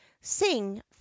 sing